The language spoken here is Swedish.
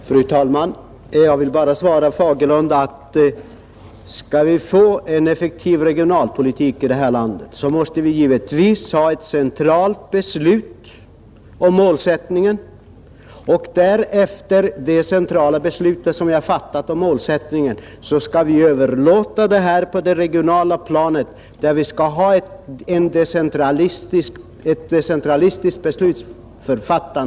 Fru talman! Om vi skall få en effektiv regionalpolitik i det här landet, måste vi givetvis ha ett centralt beslut om målsättningen, herr Fagerlund. Sedan detta centrala beslut fattats skall fortsättningen överlåtas på det regionala planet för en decentralistisk beslutsprocess.